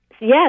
Yes